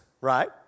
right